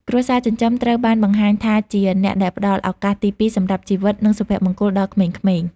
គ្រួសារចិញ្ចឹមត្រូវបានបង្ហាញថាជាអ្នកដែលផ្ដល់ឱកាសទីពីរសម្រាប់ជីវិត និងសុភមង្គលដល់ក្មេងៗ។